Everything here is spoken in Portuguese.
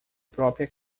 própria